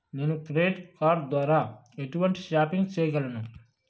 నేను credit card ద్వార ఎటువంటి షాపింగ్ చెయ్యగలను?